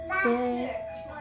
stay